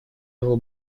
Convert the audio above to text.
его